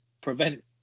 prevent